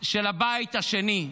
של הבית השני,